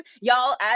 Y'all